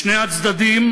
בשני הצדדים